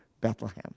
Bethlehem